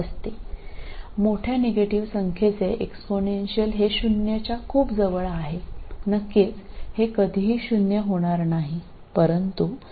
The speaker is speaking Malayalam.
വലിയ നെഗറ്റീവ് സംഖ്യയുടെ ഈ എക്സ്പോണൻഷ്യൽ പൂജ്യത്തിനടുത്താണ് തീർച്ചയായും അത് ഒരിക്കലും കൃത്യമായി പൂജ്യമായിരിക്കില്ല പക്ഷേ അത് വളരെ ചെറുതായിരിക്കും